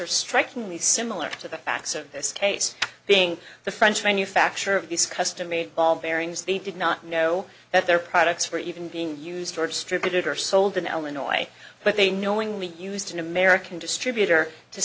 are strikingly similar to the facts of this case being the french manufacture of this custom made ball bearings they did not know that their products for even being used for distributed are sold in illinois but they knowingly used an american distributor to